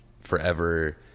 forever